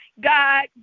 God